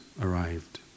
arrived